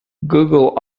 google